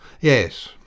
Yes